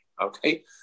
Okay